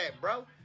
bro